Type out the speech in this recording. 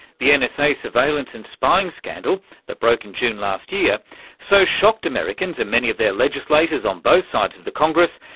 the and nsa surveillance and spying scandal that broke in june last year so shocked americans and many of their legislators on both sides of the congress,